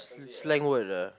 slang word ah